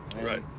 Right